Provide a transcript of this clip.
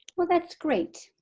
well that's great,